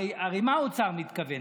הרי למה האוצר מתכוון?